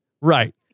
right